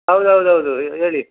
ಹೌದ್ ಹೌದ್ ಹೌದು ಹೇಳಿ